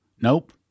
Nope